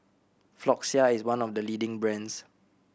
Floxia is one of the leading brands